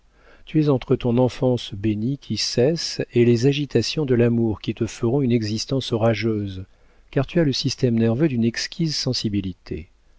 tu es entre ton enfance bénie qui cesse et les agitations de l'amour qui te feront une existence orageuse car tu as le système nerveux d'une exquise sensibilité